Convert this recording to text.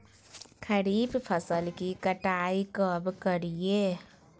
खरीफ फसल की कटाई कब करिये?